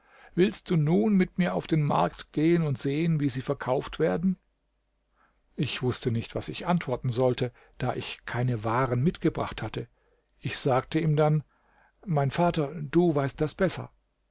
willst du nun mit mir auf den markt gehen und sehen wie sie verkauft werden ich wußte nicht was ich antworten sollte da ich keine waren mitgebracht hatte ich sagte ihm dann mein vater du weißt das besser